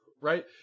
right